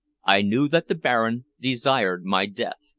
i knew that the baron desired my death,